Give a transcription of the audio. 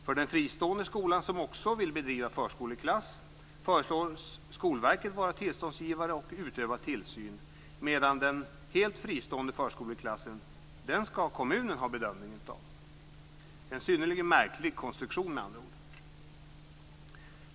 För den fristående skolan som också vill bedriva förskoleklass föreslås Skolverket vara tillståndsgivare och utöva tillsyn medan kommunen skall ha ansvaret för den helt fristående förskoleklassen. Detta är med andra ord en synnerligen märklig konstruktion.